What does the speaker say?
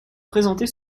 présentait